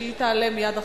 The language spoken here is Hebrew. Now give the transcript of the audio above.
שהיא תעלה מייד אחרי,